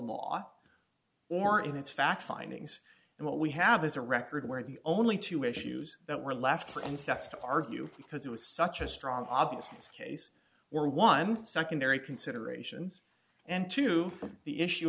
law or in its fact findings and what we have is a record where the only two issues that were left for insects to argue because it was such a strong obvious case where one secondary consideration and to the issue